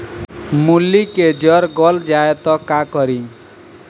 मूली के जर गल जाए त का करी?